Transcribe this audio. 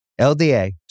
LDA